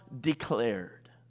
declared